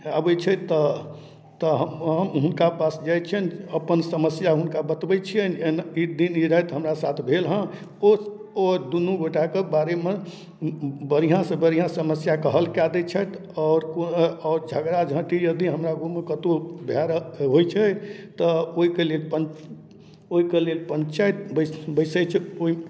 अबैत छै तऽ तऽ हम हुनका पास जाइत छिअनि अपन समस्या हुनका बतबैत छिअनि एना ई दिन ई राति हमरा साथ भेल हँ ओ ओ दुनू गोटा कऽ बारेमे बढ़िआँसँ बढ़िआँ समस्याके हल कए दै छथि आओर आओर झगड़ा झाँटि यदि हमरा कोनो कतहुँ भए रह होइत छै तऽ ओहिके लेल पञ्च ओहिके लेल पञ्चायत बैस बैसैत छै ओहि